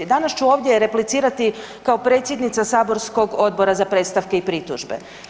Danas ću ovdje replicirati kao predsjednica saborskog Odbora za predstavke i pritužbe.